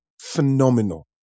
Phenomenal